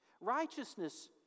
Righteousness